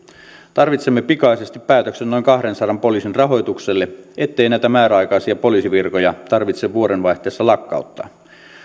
tarvitsemme pikaisesti päätöksen noin kahdensadan poliisin rahoitukselle ettei näitä määräaikaisia poliisivirkoja tarvitse vuodenvaihteessa lakkauttaa